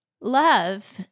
Love